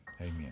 amen